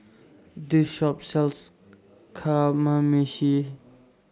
This Shop sells Kamameshi